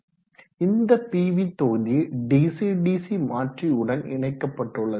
இந்த பிவி தொகுதி டிசிடிசி மாற்றி உடன் இணைக்கப்பட்டுள்ளது